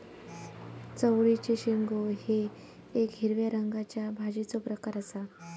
चवळीचे शेंगो हे येक हिरव्या रंगाच्या भाजीचो प्रकार आसा